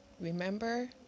Remember